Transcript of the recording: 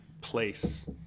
place